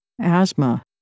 asthma